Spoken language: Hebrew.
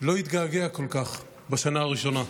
לא התגעגע כל כך בשנה הראשונה.